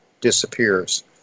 disappears